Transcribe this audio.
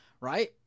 Right